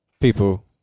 people